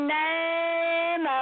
name